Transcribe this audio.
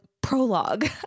prologue